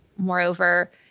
moreover